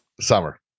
Summer